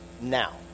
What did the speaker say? now